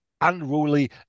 unruly